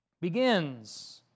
begins